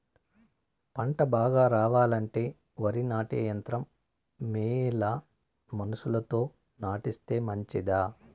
పంట బాగా రావాలంటే వరి నాటే యంత్రం మేలా మనుషులతో నాటిస్తే మంచిదా?